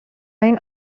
این